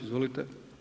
Izvolite.